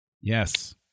Yes